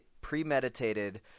premeditated